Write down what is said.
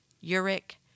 URIC